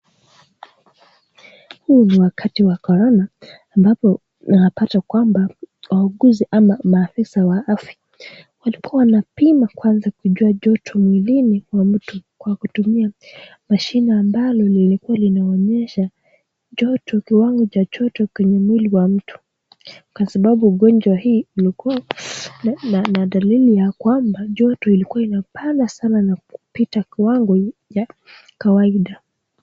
Huu ni wakati wa Corona ambao unapata kwamba wauguzi au maafisa wa afya walikuwa wanapima kwanza kujua joto mwilini wa mtu kwa kutumia mashine ambalo lilikuwa linaonyesha joto kiwango cha joto kwa mwili kwa mtu kwa sababu ugonjwa hii ilikuwa na dalili ya kwamba joto ilikuwa inapanda sana kupita kiwango ya kawaida.